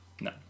no